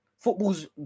Football's